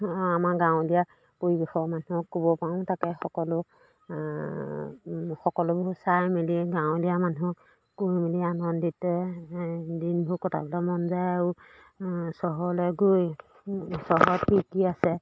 আমাৰ গাঁৱলীয়া পৰিৱেশৰ মানুহক ক'ব পাৰোঁ তাকে সকলো সকলোবোৰ চাই মেলি গাঁৱলীয়া মানুহক কৈ মেলি আনন্দিত দিনবোৰ কটাবলৈ মন যায় আৰু চহৰলৈ গৈ চহৰত কি কি আছে